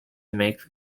make